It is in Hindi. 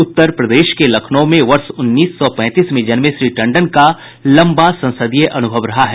उत्तर प्रदेश के लखनऊ में वर्ष उन्नीस सौ पैंतीस में जन्मे श्री टंडन का लंबा संसदीय अनुभव रहा है